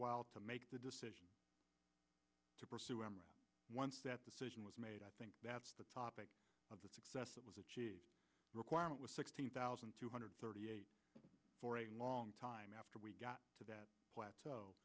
while to make the decision to pursue armor once that decision was made i think that's the topic of the success that was a requirement was sixteen thousand two hundred thirty eight for a long time after we got to that plateau